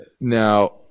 Now